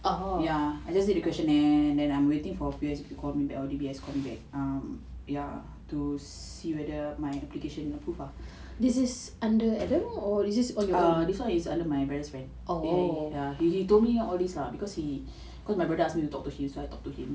ya I just did the questionnaire and then I'm waiting for P_O_S_B to call me back um ya to see whether my application is approved ah this [one] is under my brother's friends A_I_A ya he told me all these lah because my brother asked me to talk to him so I talked to him